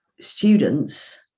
students